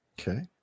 Okay